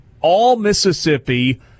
all-Mississippi